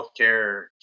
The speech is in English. healthcare